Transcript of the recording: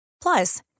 Plus